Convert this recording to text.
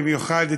במיוחד אצלנו,